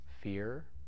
fear